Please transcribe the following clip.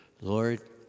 Lord